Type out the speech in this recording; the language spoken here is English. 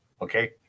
okay